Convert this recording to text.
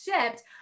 shipped